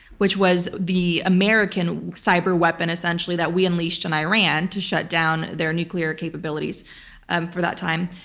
which was the american cyber weapon essentially, that we unleashed in iran to shut down their nuclear capabilities um for that time.